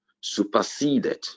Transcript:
superseded